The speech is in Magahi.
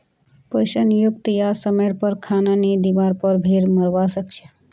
पोषण युक्त या समयर पर खाना नी दिवार पर भेड़ मोरवा सकछे